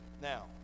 Now